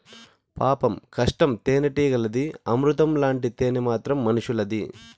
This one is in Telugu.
పాపం కష్టం తేనెటీగలది, అమృతం లాంటి తేనె మాత్రం మనుసులది